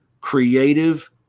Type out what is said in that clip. creative